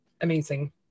Amazing